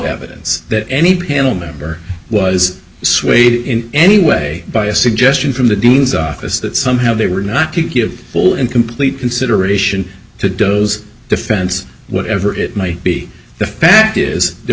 evidence that any panel member was swayed in any way by a suggestion from the dean's office that somehow they were not to give full and complete consideration to doe's defense whatever it might be the fact is there